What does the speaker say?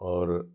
और